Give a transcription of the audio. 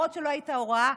למרות שלא הייתה הוראה,